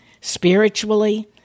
spiritually